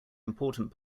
important